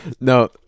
No